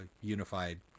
unified